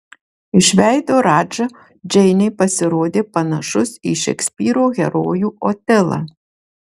iš veido radža džeinei pasirodė panašus į šekspyro herojų otelą